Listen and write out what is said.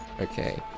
Okay